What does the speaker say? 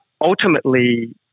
ultimately